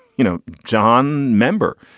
you know, john member.